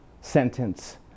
sentence